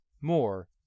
more